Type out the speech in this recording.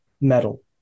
Metal